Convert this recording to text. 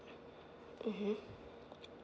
mmhmm